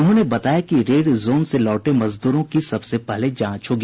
उन्होंने बताया कि रेड जोन से लौटे मजदूरों की सबसे पहले जांच होगी